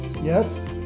Yes